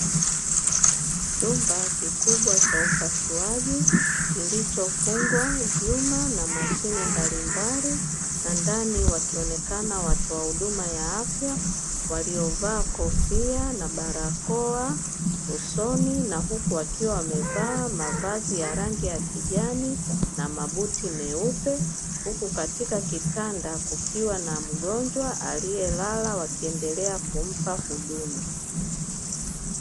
Chumba kikubwa cha upasuaji, kilichofungwa vyuma na mashine mbalimbali, na ndani wakionekana watoa huduma ya afya waliovaa kofia na barakoa usoni, na huku wakiwa wamevaa mavazi ya rangi ya kijani na mabuti meupe, huku katika kitanda kukiwa na mgonjwa aliyelala wakiendelea kumpa huduma.